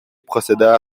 procéda